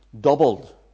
doubled